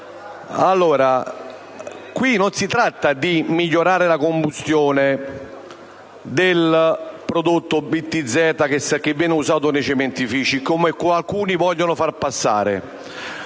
Qui non si tratta di migliorare la combustione del prodotto BTZ usato nei cementifici, come qualcuno vuol far passare.